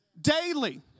daily